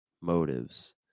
motives